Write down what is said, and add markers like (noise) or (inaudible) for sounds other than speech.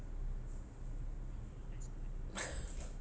(laughs)